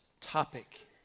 topic